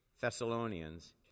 Thessalonians